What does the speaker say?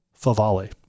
Favale